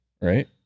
Right